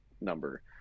number